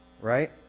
right